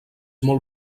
molt